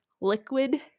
liquid